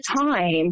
time